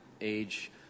age